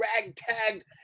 ragtag